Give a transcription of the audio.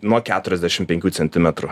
nuo keturiasdešim penkių centimetrų